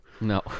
No